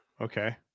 Okay